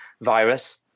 virus